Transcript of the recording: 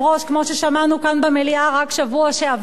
כמו ששמענו כאן במליאה רק בשבוע שעבר,